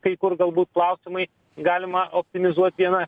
kai kur galbūt klausimai galima optimizuot vieną